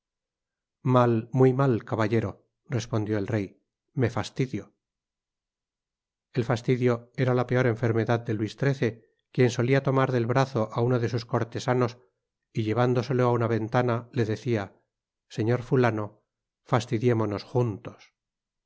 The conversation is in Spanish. mal muy mal caballero respondió el rey me fastidio el fastidio era la peor enfermedad de luis xiii quien solía tomar del brazo a uno de sus cortesanos y llevándoselo á una ventana le decia señor fulano fastidiémonos juntos